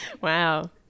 Wow